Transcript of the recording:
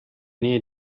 nähe